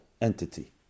entity